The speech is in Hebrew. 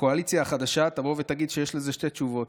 הקואליציה החדשה תבוא ותגיד שיש לזה שתי תשובות: